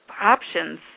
options